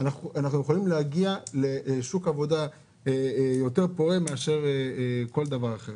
אנחנו יכולים להגיע לשוק עבודה פורה יותר מאשר כל דבר אחד.